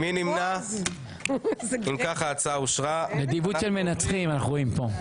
ההצעה אושרה פה אחד.